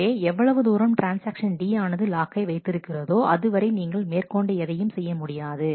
எனவே எவ்வளவு தூரம் ட்ரான்ஸ்ஆக்ஷன் Dஆனது லாக்கை வைத்து இருக்கிறதோ அது வரை நீங்கள் மேற்கொண்டு எதையும் செய்ய முடியாது